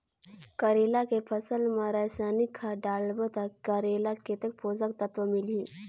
करेला के फसल मा रसायनिक खाद डालबो ता करेला कतेक पोषक तत्व मिलही?